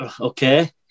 Okay